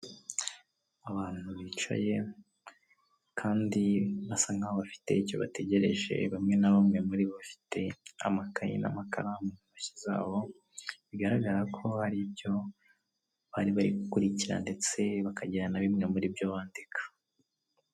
Abantu bicaye, kandi basa nkaho bafite icyo bategereje, bamwe na bamwe muri bo bafite amakaye n'amakaramu mu ntoki zabo, bigaragara ko hari ibyo bari bari gukurikira ndetse bakagira na bimwe muri byo bandika.